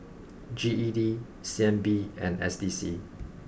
G E D C N B and S D C